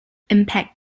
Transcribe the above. impact